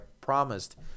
promised